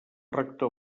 rector